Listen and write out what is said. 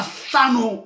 sano